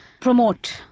promote